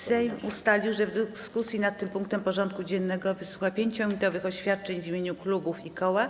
Sejm ustalił, że w dyskusji nad tym punktem porządku dziennego wysłucha 5-minutowych oświadczeń w imieniu klubów i koła.